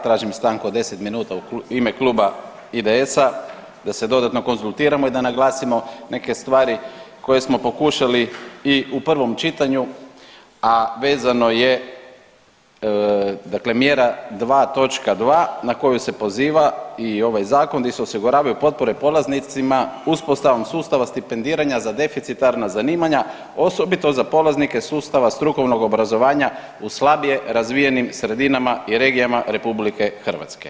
Tražim stanku od 10 minuta u ime kluba IDS-a da se dodatno konzultiramo i da naglasimo neke stvari koje smo pokušali i u prvom čitanju, a vezano je dakle mjera 2 točka 2 na koju se poziva i ovaj zakon gdje se osiguravaju potpore polaznicima uspostavom sustava stipendiranja za deficitarna zanimanja osobito za polaznike sustava strukovnog obrazovanja u slabije razvijenim sredinama i regijama RH.